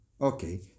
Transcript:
Okay